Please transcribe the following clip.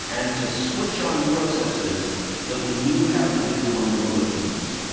and to switch on processes that we knew how to do when we were a fetus.